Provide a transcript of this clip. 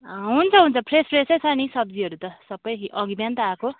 हुन्छ हुन्छ फ्रेस फ्रेसै छ नि सब्जीहरू त सबै अघि बिहान त आएको